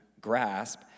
grasp